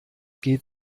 geht